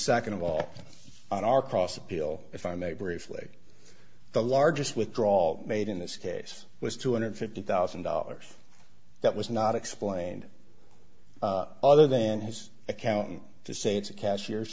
nd of all on our cross appeal if i may briefly the largest withdrawal made in this case was two hundred and fifty thousand dollars that was not explained other than his accountant to say it's a cashier's